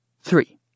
three